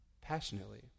passionately